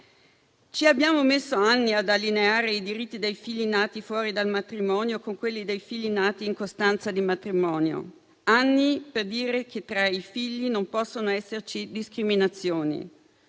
Ci abbiamo messo anni ad allineare i diritti dei figli nati fuori dal matrimonio con quelli dei figli nati in costanza di matrimonio, anni per dire che tra i figli non possono esserci discriminazioni.